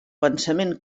pensament